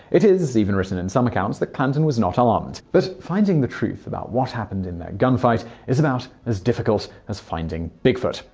it is is even written in some accounts that clanton was not armed. but finding the truth about what happened in that gunfight is about as difficult as finding bigfoot.